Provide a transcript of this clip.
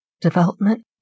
development